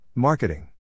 Marketing